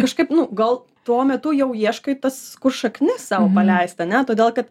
kažkaip nu gal tuo metu jau ieškai tas kur šaknis savo paleist ane todėl kad